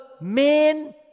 main